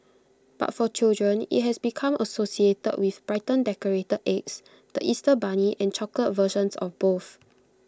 but for children IT has become associated with brightly decorated eggs the Easter bunny and chocolate versions of both